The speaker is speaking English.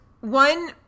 one